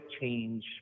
change